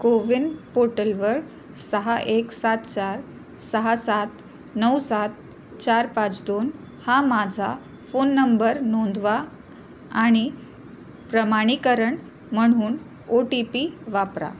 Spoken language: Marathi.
कोविन पोर्टलवर सहा एक सात चार सहा सात नऊ सात चार पाच दोन हा माझा फोन नंबर नोंदवा आणि प्रमाणीकरण म्हणून ओ टी पी वापरा